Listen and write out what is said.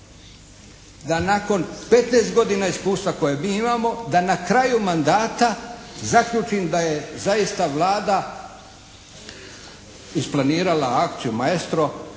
Da nakon 15 godina iskustva koje mi imamo da na kraju mandata zaključim da je zaista Vlada isplanirala akciju "Maestro"